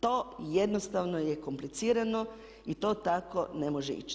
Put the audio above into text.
To jednostavno je komplicirano i to tako ne može ići.